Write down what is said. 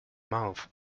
mouth